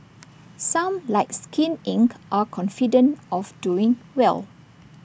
some like skin Inc are confident of doing well